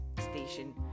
station